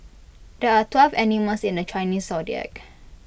there are twelve animals in the Chinese Zodiac